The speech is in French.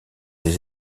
les